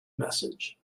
message